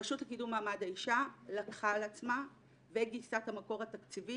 הרשות לקידום מעמד האישה לקחה על עצמה וגייסה את המקור התקציבי